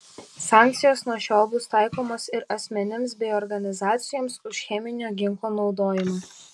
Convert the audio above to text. sankcijos nuo šiol bus taikomos ir asmenims bei organizacijoms už cheminio ginklo naudojimą